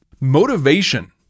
Motivation